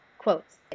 Quotes